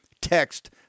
Text